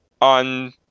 On